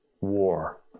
war